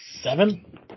seven